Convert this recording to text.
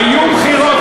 מתוך אהבת ישראל.